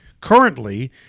currently